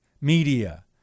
media